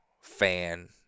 fan